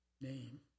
name